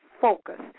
focus